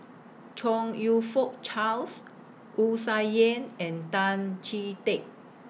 Chong YOU Fook Charles Wu Tsai Yen and Tan Chee Teck